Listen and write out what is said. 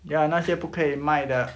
ya 那些不可以卖的